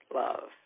love